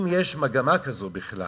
אם יש מגמה כזאת בכלל,